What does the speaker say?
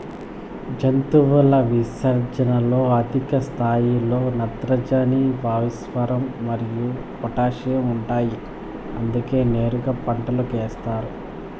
జంతువుల విసర్జనలలో అధిక స్థాయిలో నత్రజని, భాస్వరం మరియు పొటాషియం ఉంటాయి అందుకే నేరుగా పంటలకు ఏస్తారు